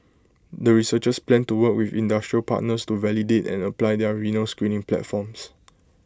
the researchers plan to work with industrial partners to validate and apply their renal screening platforms